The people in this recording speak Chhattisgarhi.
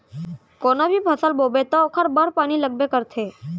कोनो भी फसल बोबे त ओखर बर पानी लगबे करथे